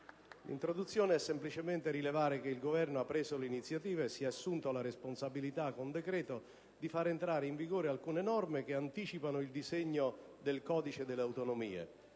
introduzione vorrei semplicemente rilevare che il Governo ha preso l'iniziativa e si è assunto la responsabilità, con decreto, di far entrare in vigore alcune norme che anticipano il disegno del codice delle autonomie